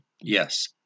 yes